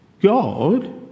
God